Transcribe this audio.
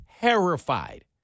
terrified